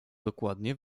dokładnie